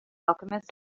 alchemist